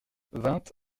vingt